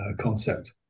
concept